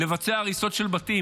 לבצע הריסות של בתים,